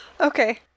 okay